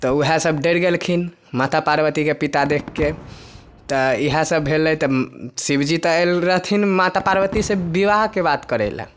तऽ ऊहए सब डैर गेलखिन माता पार्वती के पिता देख के तऽ ईहए सब भेलै तऽ शिवजी तऽ ऐल रहथिन माता पार्वती से विवाह के बात करै लए